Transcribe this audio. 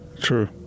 true